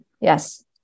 yes